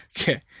Okay